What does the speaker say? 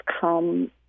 come